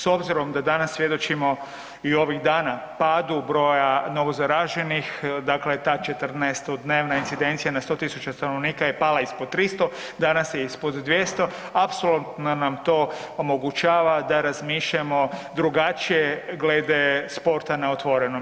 S obzirom da danas svjedočimo i ovih dana padu broja novozaraženih, dakle ta 14-dnevna incidencija na 100.000 stanovnika je pala ispod 300, danas je ispod 200, apsolutno nam to omogućava da razmišljamo drugačije glede sporta na otvorenom.